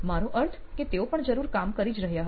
મારો અર્થ કે તેઓ પણ જરૂર કામ કરી જ રહ્યા હતા